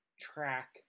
track